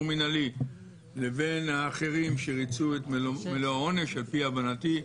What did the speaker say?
מינהלי לבין האחרים שריצו את מלוא העונש על פי הבנתי,